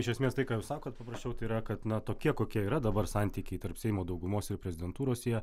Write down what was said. iš esmės tai ką jūs sakot paprasčiau tai yra kad na tokie kokie yra dabar santykiai tarp seimo daugumos ir prezidentūros jie